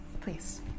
Please